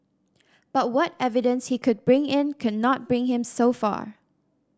but what evidence he could bring in could not bring him so far